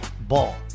Ball